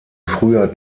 früher